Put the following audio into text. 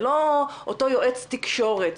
זה לא אותו יועץ תקשורת,